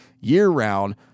year-round